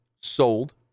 sold